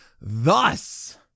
Thus